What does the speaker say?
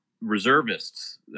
reservists